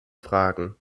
fragen